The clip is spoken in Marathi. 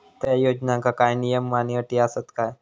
त्या योजनांका काय नियम आणि अटी आसत काय?